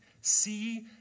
See